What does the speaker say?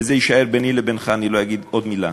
זה יישאר ביני לבינך, אני לא אגיד עוד מילה.